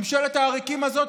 ממשלת העריקים הזאת,